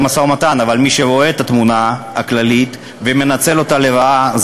אבל מי שרואה את התמונה הכללית ומנצלת אותה לרעה היא